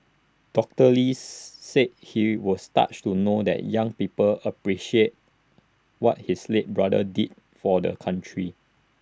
doctor lee said he was touched to know that young people appreciate what his late brother did for the country